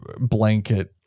blanket